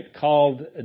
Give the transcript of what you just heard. called